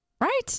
right